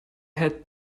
had